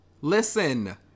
Listen